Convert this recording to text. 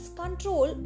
control